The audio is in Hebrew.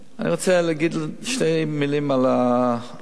אני רוצה להגיד שתי מלים על ה-MRI.